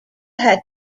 had